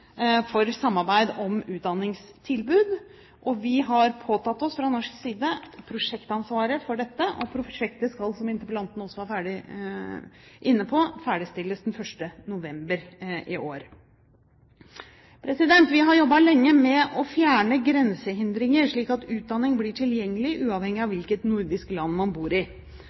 for samarbeid om utdanningstilbud. Vi har fra norsk side påtatt oss prosjektansvaret for dette, og prosjektet skal, som interpellanten også var inne på, ferdigstilles den 1. november i år. Vi har jobbet lenge med å fjerne grensehindringer slik at utdanning blir tilgjengelig uavhengig av hvilket nordisk land man bor i.